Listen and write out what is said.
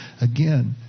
Again